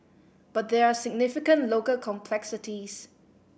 but there are significant local complexities